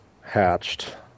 hatched